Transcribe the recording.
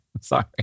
Sorry